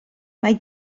mae